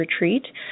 Retreat